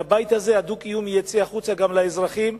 מהבית הזה הדו-קיום יצא החוצה גם לאזרחים,